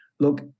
Look